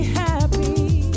happy